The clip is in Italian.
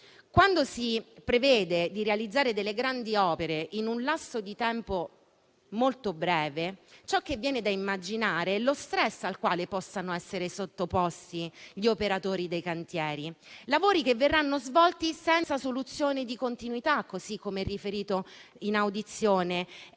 Quando si prevede di realizzare grandi opere in un lasso di tempo molto breve, ciò che viene da immaginare è lo *stress* al quale possano essere sottoposti gli operatori dei cantieri, con lavori da svolgere senza soluzione di continuità, come riferito in audizione,